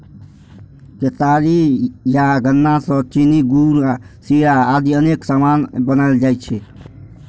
केतारी या गन्ना सं चीनी, गुड़, शीरा आदि अनेक सामान बनाएल जाइ छै